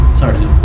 sorry